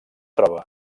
troba